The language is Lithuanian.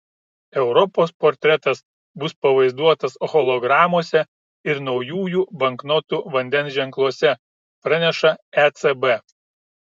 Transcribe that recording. europos portretas bus pavaizduotas hologramose ir naujųjų banknotų vandens ženkluose praneša ecb